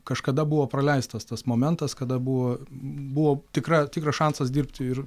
kažkada buvo praleistas tas momentas kada buvo buvo tikra tikras šansas dirbti ir